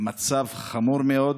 מצב חמור מאוד.